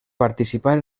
participar